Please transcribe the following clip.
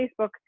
Facebook